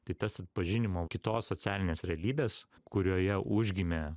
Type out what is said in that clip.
tai tas atpažinimo kitos socialinės realybės kurioje užgimė